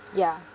ya